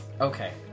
Okay